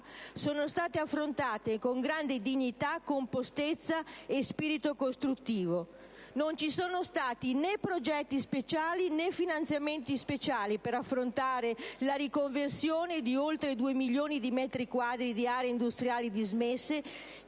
sono state affrontate con grande dignità, compostezza e spirito costruttivo. Non ci sono stati né progetti speciali né finanziamenti speciali per affrontare la riconversione di oltre 2 milioni di metri quadri di aree industriali dismesse,